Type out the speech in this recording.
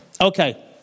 Okay